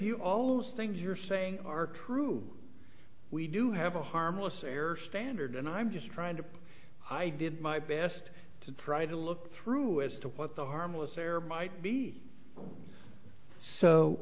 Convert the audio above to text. you all those things you're saying are true we do have a harmless error standard and i'm just trying to i did my best to try to look through as to what the harmless